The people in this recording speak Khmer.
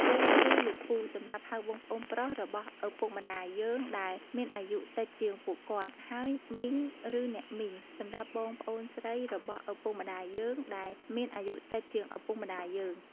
ពូ ឬលោកពូ សម្រាប់ហៅបងប្អូនប្រុសរបស់ឪពុកម្ដាយយើងដែលមានអាយុតិចជាងពួកគាត់ ហើយ មីង ឬអ្នកមីង សម្រាប់បងប្អូនស្រីរបស់ឪពុកម្ដាយយើងដែលមានអាយុតិចជាងឪពុកម្តាយយើង។